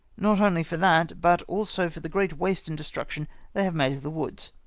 not only for that, but also for the great waste and destruction they have made of the woods.